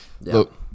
look